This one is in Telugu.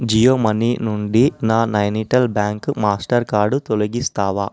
జియో మనీ నుండి నా నైనిటాల్ బ్యాంక్ మాస్టర్ కార్డు తొలగిస్తావా